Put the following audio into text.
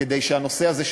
כדי שהנושא הזה,